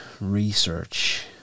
research